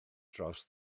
dros